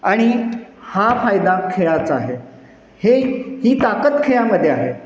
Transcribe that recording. आणि हा फायदा खेळाचा आहे हे ही ताकद खेळामध्ये आहे